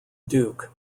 duke